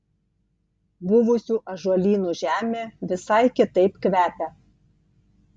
buvusių ąžuolynų žemė visai kitaip kvepia